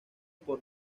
por